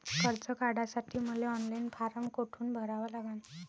कर्ज काढासाठी मले ऑनलाईन फारम कोठून भरावा लागन?